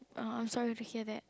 uh I'm sorry to hear that